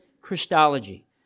Christology